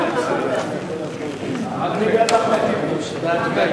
התש"ע 2009,